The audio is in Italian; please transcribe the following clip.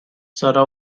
sarà